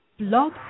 Blog